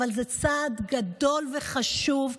אבל זה צעד גדול וחשוב.